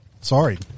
sorry